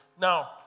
Now